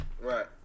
Right